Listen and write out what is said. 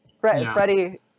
Freddie